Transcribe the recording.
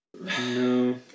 No